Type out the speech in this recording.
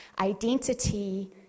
identity